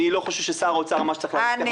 אני לא חושב ששר האוצר אמר --- ביחס חוב-תוצר.